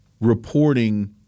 reporting